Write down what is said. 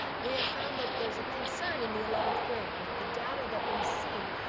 we have found that there's a concern in the eleventh grade. with the data that we see,